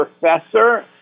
professor